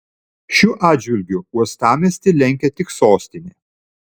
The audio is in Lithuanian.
šiuo atžvilgiu uostamiestį lenkia tik sostinė